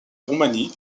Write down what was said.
roumanie